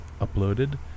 uploaded